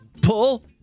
pull